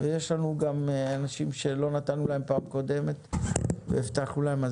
יש לנו פה גם אנשים שלא נתנו להם בפעם הקודמת לדבר והבטחנו להם,